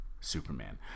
Superman